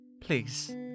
Please